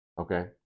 Okay